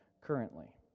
currently